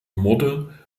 morde